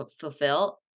fulfill